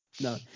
no